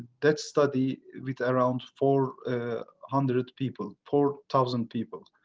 that study with around four hundred people, four thousand people